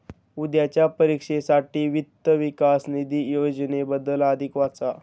उद्याच्या परीक्षेसाठी वित्त विकास निधी योजनेबद्दल अधिक वाचा